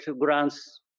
grants